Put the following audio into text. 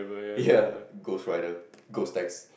ya ghost rider ghost tax~